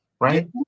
right